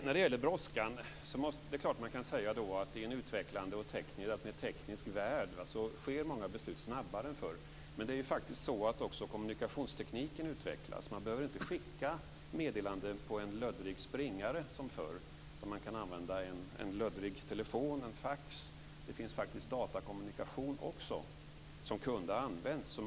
När det gäller brådskan kan man säga att i en utvecklad och alltmer teknisk värld sker många beslut snabbare än förr. Men det är faktiskt så att också kommunikationstekniken utvecklas. Man behöver inte skicka meddelanden på en löddrig springare som förr, utan man kan använda en löddrig telefon eller fax. Det finns faktiskt datakommunikation också, som kunde ha använts.